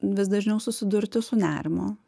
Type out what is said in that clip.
vis dažniau susidurti su nerimu